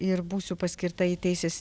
ir būsiu paskirta į teisės